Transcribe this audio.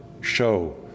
show